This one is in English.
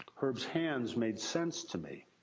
herb's hands made sense to me.